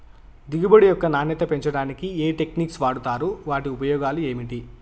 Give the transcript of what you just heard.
దిగుబడి యొక్క నాణ్యత పెంచడానికి ఏ టెక్నిక్స్ వాడుతారు వాటి ఉపయోగాలు ఏమిటి?